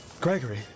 Gregory